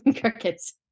Crickets